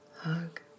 Hug